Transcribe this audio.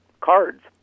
cards